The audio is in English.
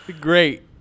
Great